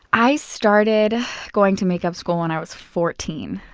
i started going to makeup school when i was fourteen.